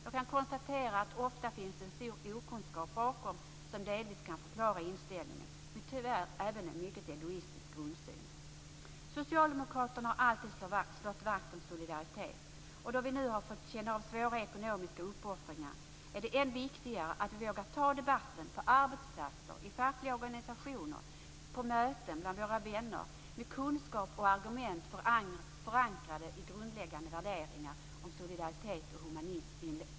Jag kan konstatera att det ofta finns en stor okunskap bakom som delvis kan förklara inställningen, men tyvärr även en mycket egoistisk grundsyn. Socialdemokraterna har alltid slagit vakt om solidaritet. Då vi nu har fått känna av svåra ekonomiska uppoffringar är det än viktigare att vi vågar ta debatten - på arbetsplatser, i fackliga organisationer, på möten, bland våra vänner - med kunskap och argument förankrade i grundläggande värderingar om solidaritet och humanism.